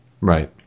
Right